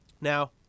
Now